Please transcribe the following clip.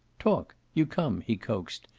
talk! you come, he coaxed,